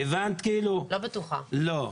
אני לא בטוחה שהבנתי.